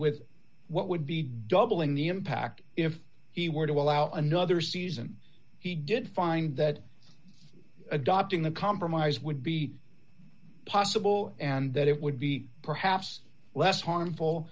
with what would be doubling the impact if he were to allow another season he did find that adopting a compromise would be possible and that it would be perhaps less harmful